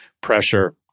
pressure